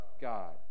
God